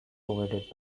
provided